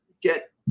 get